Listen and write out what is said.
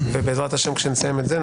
בעזרת השם כשנסיים את זה,